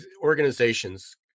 organizations